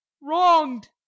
wronged